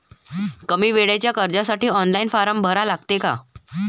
कमी वेळेच्या कर्जासाठी ऑनलाईन फारम भरा लागते का?